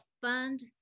fund